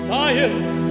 Science